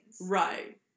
right